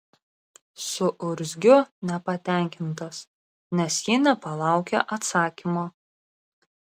suurzgiu nepatenkintas nes ji nepalaukė atsakymo